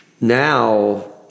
Now